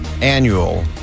Annual